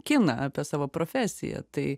kiną apie savo profesiją tai